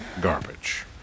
garbage